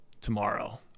tomorrow